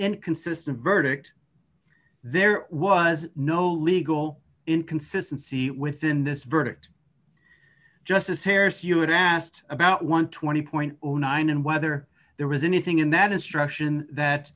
inconsistent verdict there was no legal inconsistency within this verdict justice hairs you had asked about one hundred and twenty nine and whether there was anything in that instruction that